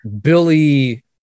Billy